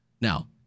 Now